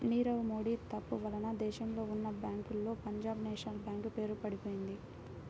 నీరవ్ మోడీ తప్పు వలన దేశంలో ఉన్నా బ్యేంకుల్లో పంజాబ్ నేషనల్ బ్యేంకు పేరు పడిపొయింది